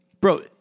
Bro